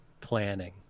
planning